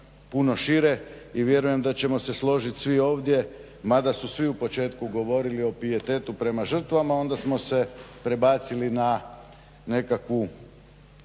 puno šire i vjerujem da ćemo se složit svi ovdje, mada su svi u početku govorili o pijetetu prema žrtvama, onda smo se prebacili na nekakvu